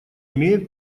имеет